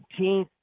17th